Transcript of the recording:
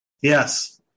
Yes